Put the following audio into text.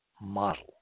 model